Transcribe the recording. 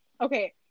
Okay